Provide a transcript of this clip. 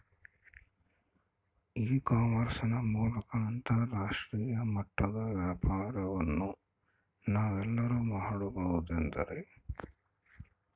E commerce ನ ಮೂಲಕ ಅಂತರಾಷ್ಟ್ರೇಯ ಮಟ್ಟದ ವ್ಯಾಪಾರವನ್ನು ನಾವೆಲ್ಲರೂ ಮಾಡುವುದೆಂದರೆ?